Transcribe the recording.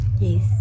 Yes